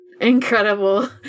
incredible